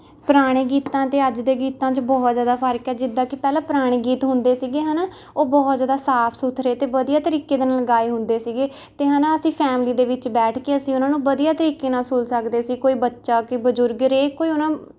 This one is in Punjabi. ਪੁਰਾਣੇ ਗੀਤਾਂ ਅਤੇ ਅੱਜ ਦੇ ਗੀਤਾਂ 'ਚ ਬਹੁਤ ਜ਼ਿਆਦਾ ਫ਼ਰਕ ਹੈ ਜਿੱਦਾਂ ਕਿ ਪਹਿਲਾਂ ਪੁਰਾਣੇ ਗੀਤ ਹੁੰਦੇ ਸੀਗੇ ਹੈ ਨਾ ਉਹ ਬਹੁਤ ਜ਼ਿਆਦਾ ਸਾਫ਼ ਸੁਥਰੇ ਅਤੇ ਵਧੀਆ ਤਰੀਕੇ ਦੇ ਨਾਲ ਗਾਏ ਹੁੰਦੇ ਸੀਗੇ ਅਤੇ ਹੈ ਨਾ ਅਸੀਂ ਫ਼ੈਮਿਲੀ ਦੇ ਵਿੱਚ ਬੈਠ ਕੇ ਅਸੀਂ ਉਹਨਾਂ ਨੂੰ ਵਧੀਆ ਤਰੀਕੇ ਨਾਲ ਸੁਣ ਸਕਦੇ ਸੀ ਕੋਈ ਬੱਚਾ ਕੀ ਬਜ਼ੁਰਗ ਹਰੇਕ ਕੋਈ ਉਨ੍ਹਾਂ